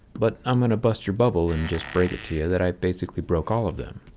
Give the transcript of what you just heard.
but i'm going to bust your bubble and just break it to you that i basically broke all of them